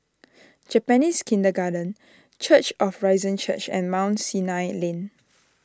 Japanese Kindergarten Church of Risen church and Mount Sinai Lane